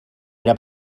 era